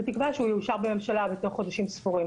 בתקווה שהוא יאושר בממשלה בתוך חודשים ספורים.